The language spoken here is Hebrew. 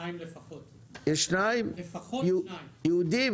בישובים יהודיים